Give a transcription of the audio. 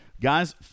Guys